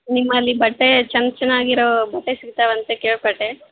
ನಿಮ್ಮಲ್ಲಿ ಬಟ್ಟೆ ಚೆನ್ ಚೆನ್ನಾಗಿರೋ ಬಟ್ಟೆ ಸಿಗ್ತಾವಂತ ಕೇಳಪಟ್ಟೆ